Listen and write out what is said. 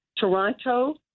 Toronto